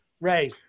Ray